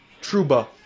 Truba